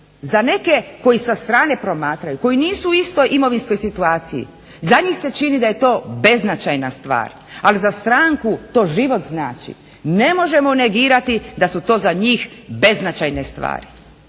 za neke koji sa strane promatraju, koji nisu u istoj imovinskoj situaciji za njih se čini da je to beznačajna stvar, ali za stranku to život znači. Ne možemo negirati da su to za njih beznačajne stvari.